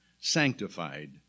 sanctified